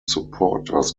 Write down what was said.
supporters